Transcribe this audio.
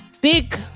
big